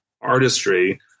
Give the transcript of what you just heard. artistry